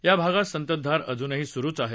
या भागात संततधार अजूनही सुरूच आहे